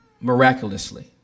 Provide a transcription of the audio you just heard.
miraculously